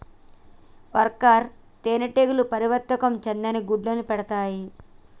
worker తేనెటీగలు పరిపక్వత చెందని గుడ్లను పెడతాయి